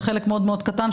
בחלק מאוד מאוד קטן,